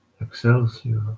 excelsior